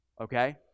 okay